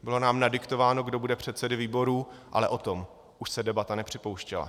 Bylo nám nadiktováno, kdo bude předsedy výborů, ale o tom už se debata nepřipouštěla.